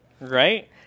right